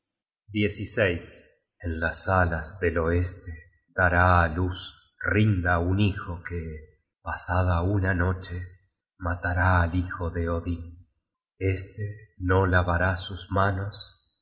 pira en las salas del oeste dará á luz rinda un hijo que pasada una noche matará al hijo de odin este no lavará sus manos